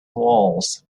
walls